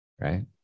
right